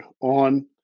on